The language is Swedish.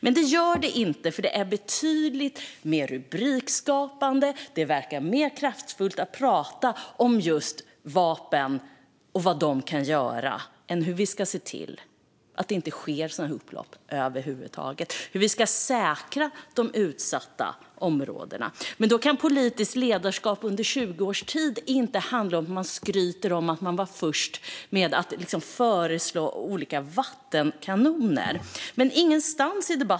Men det gör den inte, för det är betydligt mer rubrikskapande och verkar mer kraftfullt att prata om just vapen och vad de kan göra än hur vi ska se till att det inte sker sådana upplopp över huvud taget och hur vi ska säkra de utsatta områdena. Men då kan politiskt ledarskap under 20 års tid inte handla om hur man skryter om att man var först med att föreslå olika vattenkanoner.